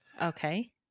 Okay